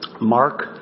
Mark